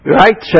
right